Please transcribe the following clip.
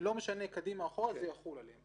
לא משנה קדימה, אחורה, זה יחול עליהם.